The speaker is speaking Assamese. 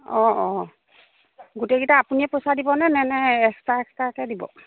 অঁ অঁ গোটেইকেইটা আপুনিয়ো পইচা দিবনে নে নে এক্সট্ৰা এক্সট্ৰাকৈ দিব